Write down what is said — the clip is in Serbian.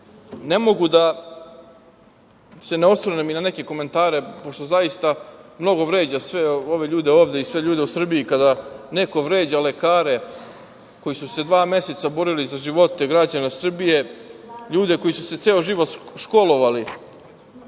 mogu da se ne osvrnem i na neke komentare, pošto zaista mnogo vređa sve ove ljude ovde i sve ljude u Srbiji kada neko vređa lekare koji su se dva meseca borili za živote građana Srbije, ljude koji su se ceo život školovali